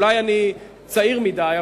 אולי אני צעיר מדי,